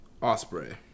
Osprey